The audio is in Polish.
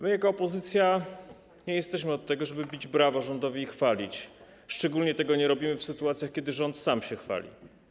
My jako opozycja nie jesteśmy od tego, aby bić brawo rządowi i go chwalić, szczególnie nie robimy tego w sytuacjach, kiedy rząd sam się chwali.